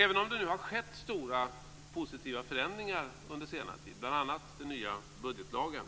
Även om det nu har skett stora positiva förändringar under senare tid, bl.a. den nya budgetlagen,